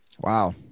Wow